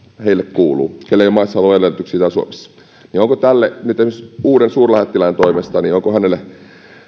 heille kuuluvat keillä ei ole maassaoloedellytyksiä täällä suomessa onko tähän nyt mahdollisuuksia esimerkiksi uuden suurlähettilään toimesta onko hänelle